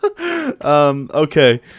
okay